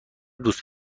دوست